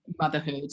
motherhood